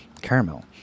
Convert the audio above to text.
Caramel